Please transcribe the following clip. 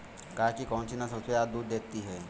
गाय की कौनसी नस्ल सबसे ज्यादा दूध देती है?